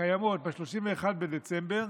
הקיימות ב-31 בדצמבר,